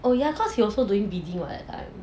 oh ya cause he also doing bidding [what]